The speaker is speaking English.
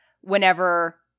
whenever